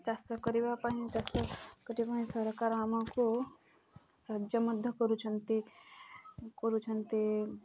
ଚାଷ କରିବା ପାଇଁ ଚାଷ କରିବା ପାଇଁ ସରକାର ଆମକୁ ସାହାଯ୍ୟ ମଧ୍ୟ କରୁଛନ୍ତି କରୁଛନ୍ତି